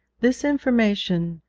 this information,